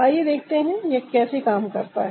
आइए देखते हैं यह कैसे काम करता है